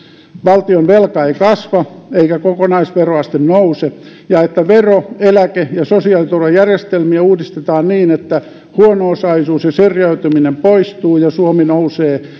valtionvelka ei kasva eikä kokonaisveroaste nouse ja että vero eläke ja sosiaaliturvajärjestelmiä uudistetaan niin että huono osaisuus ja syrjäytyminen poistuu ja suomi nousee